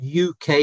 UK